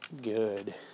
Good